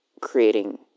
creating